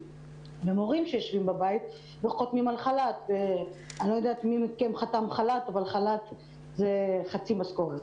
יש גם מורים שיושבים בבית וחותמים על חל"ת כשחל"ת זה חצי משכורת,